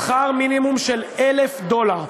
שכר מינימום של 1,000 דולר.